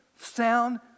sound